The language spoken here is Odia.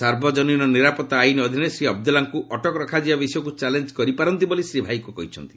ସାର୍ବଜନୀନ ନିରାପତ୍ତା ଆଇନ ଅଧୀନରେ ଶ୍ରୀ ଅବଦୁଲ୍ଲାଙ୍କୁ ଅଟକ ରଖାଯିବା ବିଷୟକୁ ଚ୍ୟାଲେଞ୍ କରିପାରନ୍ତି ବୋଲି ଶ୍ରୀ ଭାଇକୋ କହିଛନ୍ତି